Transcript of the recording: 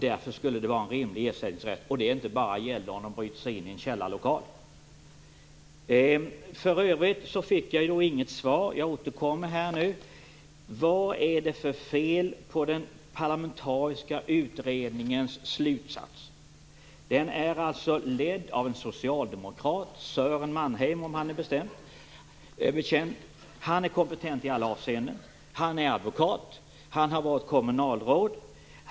Därför skulle det vara en rimlig ersättningsrätt och inte bara gälla om man bryter sig in i en källarlokal. För övrigt fick jag inte något svar. Jag återkommer därför nu. Vad är det för fel på den parlamentariska utredningens slutsats? Den är ledd av en socialdemokrat, Sören Mannheimer, om han är bekant. Han är kompetent i alla avseenden. Han är advokat. Han har varit kommunalråd.